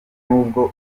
nubwo